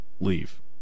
leave